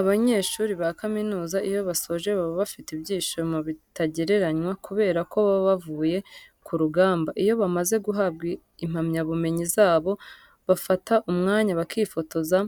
Abanyeshuri ba kaminuza iyo basoje baba bafite ibyishimo bitagereranwa kubera ko baba bavuye ku rugamba. Iyo bamaze guhabwa impamyabumenyi zabo bafata umwanya bakifotoza